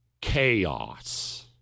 chaos